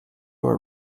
are